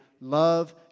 Love